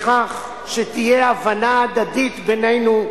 לכך שתהיה הבנה הדדית בינינו,